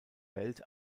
welt